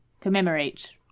commemorate